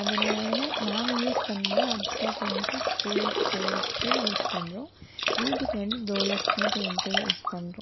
அதில் உள்ள நாங்கள் யூஸ் பண்ணது அப்ஸ்ரா பெயிண்ட்ஸு ஸ்கூலுக்கு காலேஜுக்கு யூஸ் பண்றோம் வீட்டுக்கு வந்து டோலக்ஸுனு பெயிண்ட்டே யூஸ் பண்றோம்